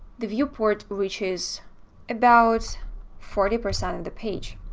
the viewport which is about forty percent of the page.